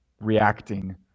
reacting